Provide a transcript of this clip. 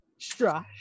Strash